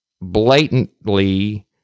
blatantly